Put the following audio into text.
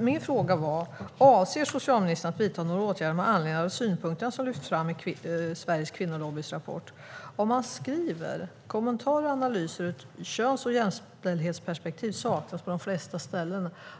Min fråga var om socialministern avser att vidta några åtgärder med anledning av synpunkterna som lyfts fram i Sveriges Kvinnolobbys rapport. Där står att kommentarer och analyser ur ett köns eller jämställdhetsperspektiv saknas på de flesta ställen.